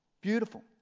Beautiful